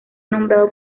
nombrado